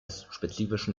spezifischen